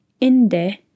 Inde